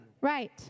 Right